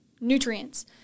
nutrients